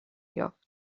یافت